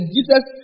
Jesus